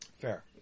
Fair